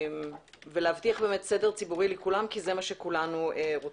ולהבטיח סדר ציבורי לכולם, כי זה מה שכולנו רוצים.